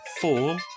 Four